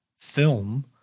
film